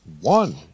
one